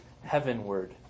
heavenward